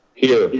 here.